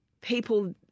people